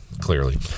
clearly